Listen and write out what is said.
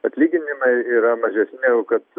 atlyginimai yra mažesni negu kad